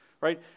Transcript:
right